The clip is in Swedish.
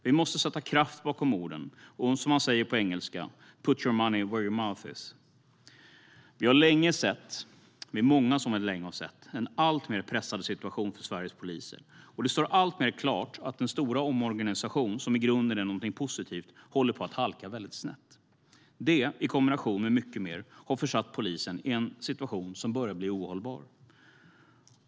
Vi måste sätta kraft bakom orden, eller som man säger på engelska: Put your money where your mouth is. Vi är många som länge har sett en alltmer pressad situation för Sveriges poliser, och det står alltmer klart att den stora omorganisation som i grunden är någonting positivt håller på att halka väldigt snett. Det, i kombination med mycket mer, har försatt polisen i en situation som börjar bli ohållbar.